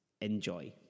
Enjoy